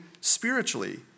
spiritually